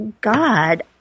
God